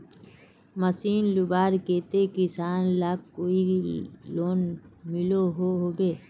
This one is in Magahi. मशीन लुबार केते किसान लाक कोई लोन मिलोहो होबे?